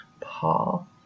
Paul